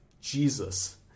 Jesus